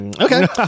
Okay